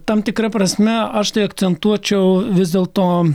tam tikra prasme aš tai akcentuočiau vis dėlto